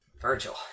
Virgil